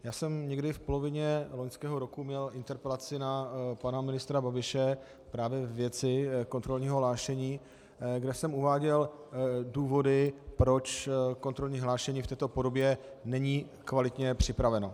Já jsem někdy v polovině loňského roku měl interpelaci na pana ministra Babiše právě ve věci kontrolního hlášení, kde jsem uváděl důvody, proč kontrolní hlášení v této podobě není kvalitně připraveno.